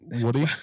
Woody